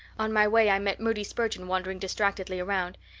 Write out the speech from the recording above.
on my way i met moody spurgeon wandering distractedly around.